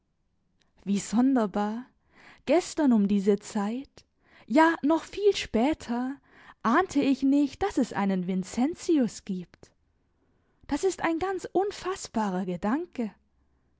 wie sonderbar gestern um diese zeit ja noch viel später ahnte ich nicht daß es einen vincentius gibt das ist ein ganz unfaßbarer gedanke